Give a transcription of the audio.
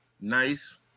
nice